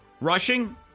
Rushing